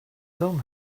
some